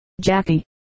Jackie